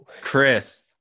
Chris